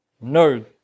No